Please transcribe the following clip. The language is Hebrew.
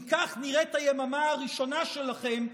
אם כך נראית היממה הראשונה שלכם,